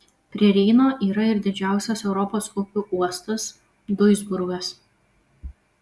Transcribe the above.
prie reino yra ir didžiausias europos upių uostas duisburgas